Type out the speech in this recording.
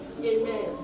Amen